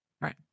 Right